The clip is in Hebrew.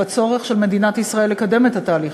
בצורך של מדינת ישראל לקדם את התהליך